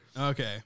Okay